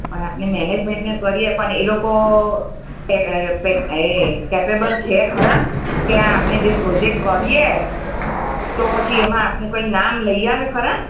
પણ આપણે મેનેજમેન્ટ ને કહીએ પણ એ લોકો પે પેક એ કેપેબલ છે ખરાં કે આપણે જે પ્રોજેક્ટ કરીએ તો પછી એમાં કઈ આપણું નામ લઈ આવે ખરાં